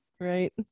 right